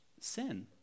sin